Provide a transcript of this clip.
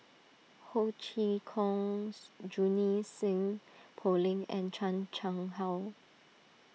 Ho Chee Kong Sue Junie Sng Poh Leng and Chan Chang How